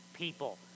people